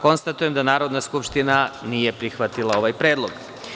Konstatujem da Narodna skupština nije prihvatila ovaj predlog.